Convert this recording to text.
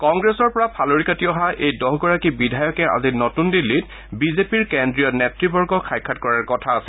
কংগ্ৰেছৰ পৰা ফালৰি কাটি অহা এই দহগৰাকী বিধায়কে আজি নতূন দিল্লীত বিজেপিৰ কেন্দ্ৰীয় নেত়বৰ্গক সাক্ষাৎ কৰাৰ কথা আছে